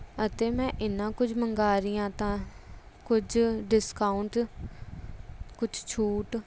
ਅਤੇ ਮੈਂ ਇੰਨਾ ਕੁਝ ਮੰਗਵਾ ਰਹੀਂ ਹਾਂ ਤਾਂ ਕੁਝ ਡਿਸਕਾਊਂਟ ਕੁਛ ਛੂਟ